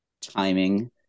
timing